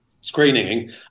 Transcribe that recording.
screening